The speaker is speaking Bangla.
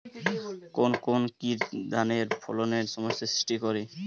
কোন কোন কীট ধানের ফলনে সমস্যা সৃষ্টি করে?